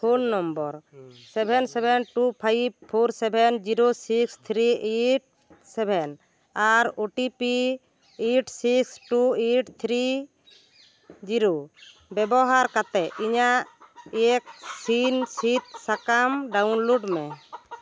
phone number seven seven two five four seven zero six three eight seven ᱟᱨ O T P eight six two eight three zero ᱵᱮᱣᱦᱟᱨ ᱠᱟᱛᱮᱫ ᱤᱧᱟᱹᱜ ᱤᱭᱮᱠᱥᱤᱱ ᱥᱤᱫ ᱥᱟᱠᱟᱢ download ᱢᱮ